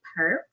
Perp